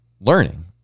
learning